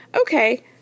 Okay